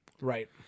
Right